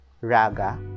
raga